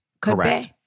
Correct